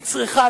היא צריכה,